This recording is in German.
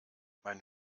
mein